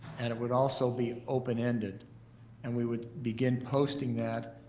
and it would also be open-ended, and we would begin posting that,